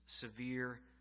severe